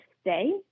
stay